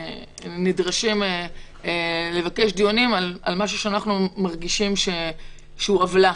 נדרשים לבקש דיונים על משהו שאנחנו מרגישים שנעשתה עוולה.